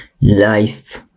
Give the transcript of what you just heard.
life